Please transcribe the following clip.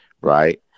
right